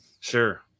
Sure